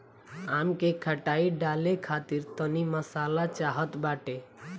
आम के खटाई डाले खातिर तनी मसाला चाहत बाटे